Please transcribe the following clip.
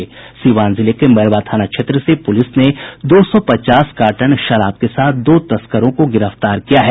सिवान जिले के मैरवा थाना क्षेत्र से पुलिस ने दो सौ पचास कार्टन शराब के साथ दो तस्करों को गिरफ्तार किया है